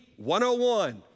101